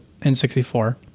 n64